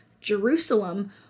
Jerusalem